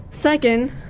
Second